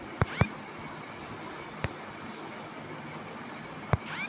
अय सं नकदीक चोरी के खतरा नहि रहै छै आ लागत सेहो घटि जाइ छै